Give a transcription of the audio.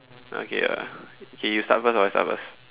okay uh okay you start first or I start first